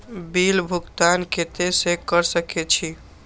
Bill भुगतान केते से कर सके छी?